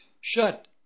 shut